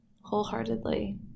Wholeheartedly